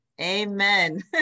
Amen